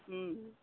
हँ